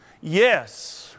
yes